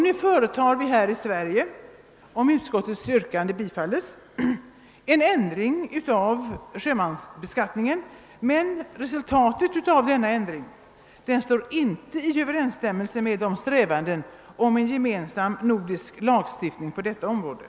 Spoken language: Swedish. Nu företas från svensk sida, om utskottets yrkande bifalles, en ändring av sjömansbeskattningen, men resultatet av denna ändring står inte i överensstämmelse med strävandena efter en gemensam nordisk lagstiftning på detta område.